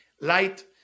light